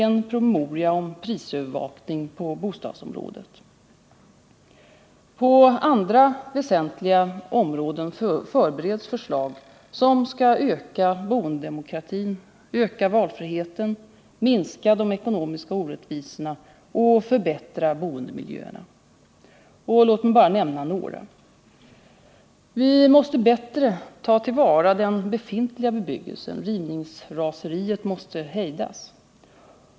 En PM om prisövervakning på bostadsområdet är ute på remiss. På andra väsentliga områden förbereds förslag som skall öka boendedemokratin och valfriheten, minska de ekonomiska orättvisorna och förbättra boendemiljöerna. Låt mig bara nämna några. Vi måste bättre ta till vara den befintliga bebyggelsen — rivningsraseriet måste hejdas.